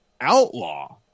Outlaw